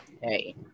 Hey